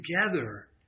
together